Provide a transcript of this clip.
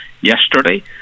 yesterday